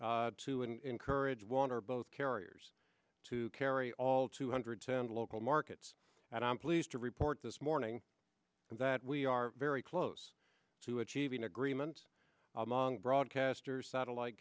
in courage one or both carriers to carry all two hundred ten local markets and i'm pleased to report this morning that we are very close to achieving agreement among broadcasters satellite